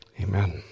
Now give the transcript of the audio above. Amen